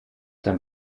dann